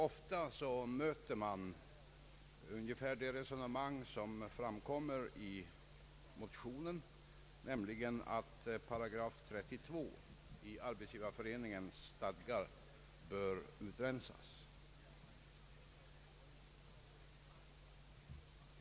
Ofta möter man ungefär det resonemang som framkommer i motionen, nämligen att 8 32 i Arbetsgivareföreningens stadgar bör utrensas.